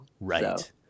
right